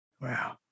Wow